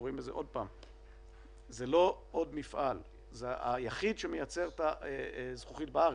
זה לא עוד מפעל, זה היחיד שמייצר את הזכוכית בארץ.